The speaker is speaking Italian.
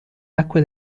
acque